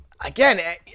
again